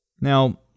Now